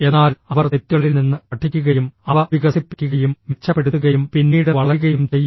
എന്നാൽ അവർ തെറ്റുകളിൽ നിന്ന് പഠിക്കുകയും അവ വികസിപ്പിക്കുകയും മെച്ചപ്പെടുത്തുകയും പിന്നീട് വളരുകയും ചെയ്യുന്നു